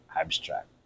abstract